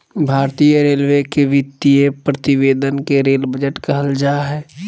भारतीय रेलवे के वित्तीय प्रतिवेदन के रेल बजट कहल जा हइ